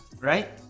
right